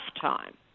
time